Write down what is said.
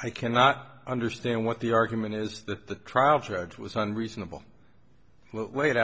i cannot understand what the argument is that the trial judge was unreasonable laid